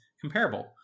comparable